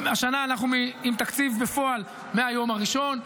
השנה אנחנו עם תקציב בפועל מהיום הראשון.